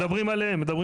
מדברים עליהם.